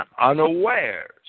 unawares